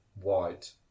White